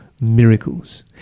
miracles